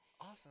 Awesome